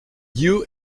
you